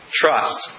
trust